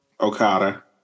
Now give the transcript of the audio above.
Okada